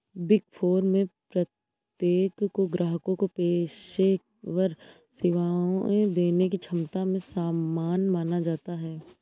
big four में प्रत्येक को ग्राहकों को पेशेवर सेवाएं देने की क्षमता में समान माना जाता है